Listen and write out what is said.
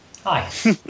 hi